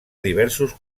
diversos